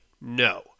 no